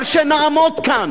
אבל שיהיה ברור, נעמוד כאן.